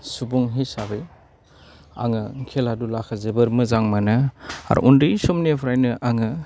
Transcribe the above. सुबुं हिसाबै आङो खेला दुलाखौ जोबोद मोजां मोनो आरो उन्दै समनिफ्रायनो आङो